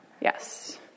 yes